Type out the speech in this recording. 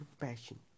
passion